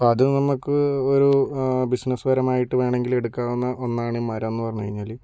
അപ്പോൾ അത് നമുക്ക് ഒരു ബിസിനസ് പരമായിട്ട് വേണമെങ്കിൽ എടുക്കാവുന്ന ഒന്നാണ് ഈ മരം എന്ന് പറഞ്ഞ് കഴിഞ്ഞാൽ